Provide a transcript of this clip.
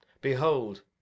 Behold